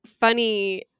funny